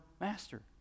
master